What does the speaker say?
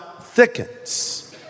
thickens